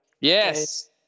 Yes